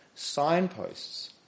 signposts